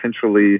potentially